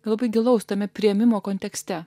labai gilaus tame priėmimo kontekste